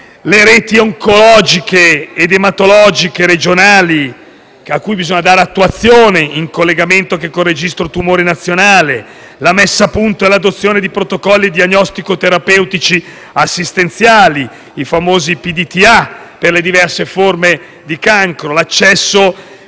le reti oncologiche ed ematologiche regionali, a cui bisogna dare attuazione in collegamento anche con il registro tumori nazionale; la messa a punto e l'adozione di protocolli diagnostico-terapeutici assistenziali (i famosi PDTA per le diverse forme di cancro); l'accesso